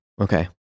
Okay